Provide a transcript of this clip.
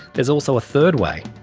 there's also a third way,